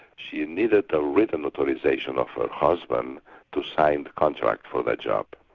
she needed the written authorisation of her husband to sign the contract for that job.